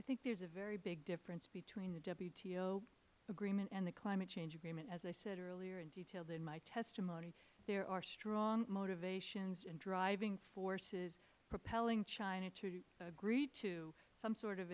i think there is a big difference between the wto agreement and the climate change agreement as i said earlier and detailed it in my testimony there are strong motivations and driving forces compelling china to agree to some sort of